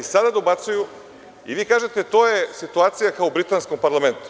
I sada dobacuju i vi kažete – to je situacija kao u britanskom parlamentu.